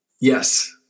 yes